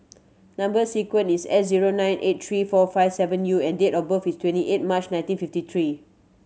number sequence is S zero nine eight three four five seven U and date of birth is twenty eight March nineteen fifty three